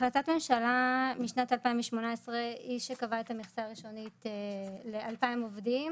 החלטת הממשלה משנת 2018 היא שקבעה את המכסה הראשונית ל-2,000 עובדים,